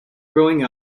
growing